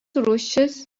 rūšis